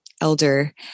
elder